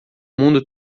mundo